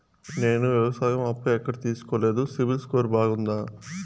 నేను వ్యవసాయం అప్పు ఎక్కడ తీసుకోలేదు, సిబిల్ స్కోరు బాగుందా?